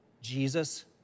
Jesus